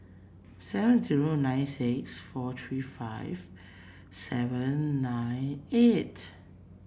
seven zero nine six four three five seven nine eight